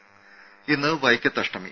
രംഭ ഇന്ന് വൈക്കത്തഷ്ടമി